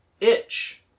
itch